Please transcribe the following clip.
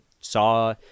saw